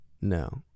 No